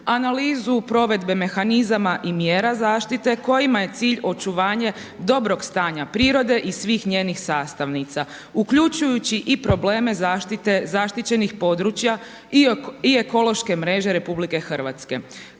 analizu provedbe mehanizama i mjera zaštite kojima je cilj očuvanje dobrog stanja prirode i svih njenih sastavnica uključujući i probleme zaštite zaštićenih područja i ekološke mreže RH. Kako